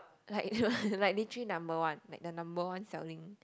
like like literally number one like the number one selling